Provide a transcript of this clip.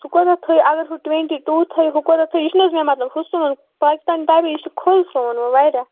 سُہ کوتاہ تھٲیِو اگر ہُہ ٹُوٮ۪نٹی ٹوٗ تھٲیِو ہُہ کوٗتاہ تھٲیِو یہِ چھُنہٕ حظ مےٚ مطلب ہُہ سُوُن پاکِستانی ٹایِپ یہِ چھِ کھوٚل سُوُن وۄنۍ واریاہ